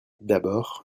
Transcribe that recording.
d’abord